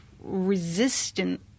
resistant